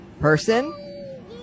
person